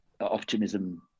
optimism